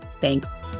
Thanks